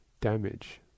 damage